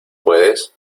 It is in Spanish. puedes